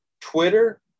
Twitter